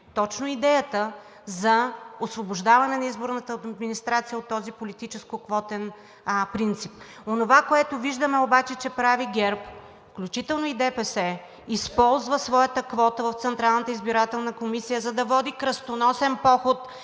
точно идеята за освобождаване на изборната администрация от този изборно-квотен принцип.